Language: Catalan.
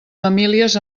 famílies